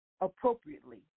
appropriately